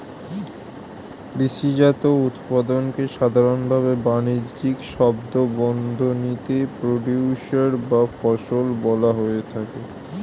কৃষিজাত উৎপাদনকে সাধারনভাবে বানিজ্যিক শব্দবন্ধনীতে প্রোডিউসর বা ফসল বলা হয়ে থাকে